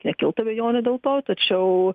nekiltų abejonių dėl to tačiau